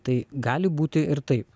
tai gali būti ir taip